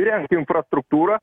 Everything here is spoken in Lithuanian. įreng infrastruktūrą